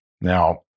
Now